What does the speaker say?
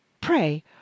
Pray